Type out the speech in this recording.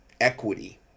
equity